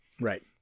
Right